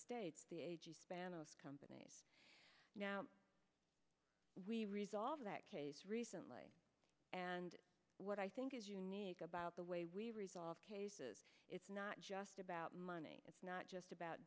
states the ban of companies now we resolved that case recently and what i think is unique about the way we resolve cases it's not just about money it's not just about